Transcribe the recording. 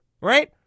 right